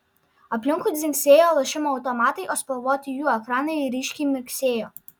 aplinkui dzingsėjo lošimo automatai o spalvoti jų ekranai ryškiai mirksėjo